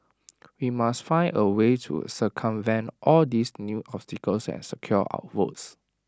we must find A way to circumvent all these new obstacles and secure our votes